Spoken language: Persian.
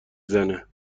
زنه